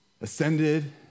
ascended